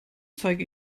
zeige